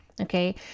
okay